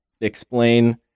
explain